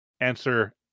answer